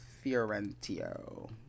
Fiorentino